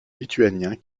lituaniens